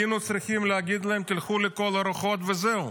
היינו צריכים להגיד להם, תלכו לכל הרוחות וזהו.